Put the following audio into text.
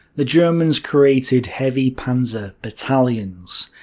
the germans created heavy panzer battalions?